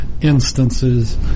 instances